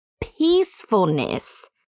peacefulness